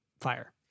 fire